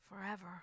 forever